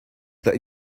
that